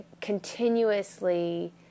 continuously